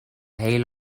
heel